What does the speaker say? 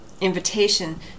invitation